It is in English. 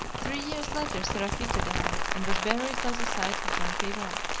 three years later seraphita died, and was buried by the side of don pierrot.